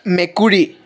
মেকুৰী